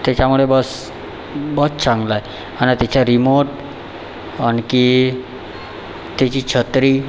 त्याच्यामुळे बस बहुत चांगला आहे आणि त्याचा रिमोट आणखी त्याची छत्री